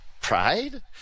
Pride